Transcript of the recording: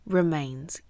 remains